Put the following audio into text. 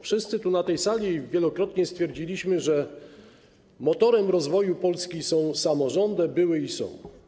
Wszyscy na tej sali wielokrotnie stwierdzaliśmy, że motorem rozwoju Polski są samorządy - były i są.